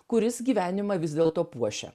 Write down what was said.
kuris gyvenimą vis dėlto puošia